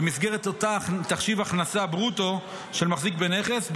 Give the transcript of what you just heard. במסגרת אותו תחשיב הכנסה ברוטו של מחזיק בנכס,